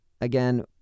Again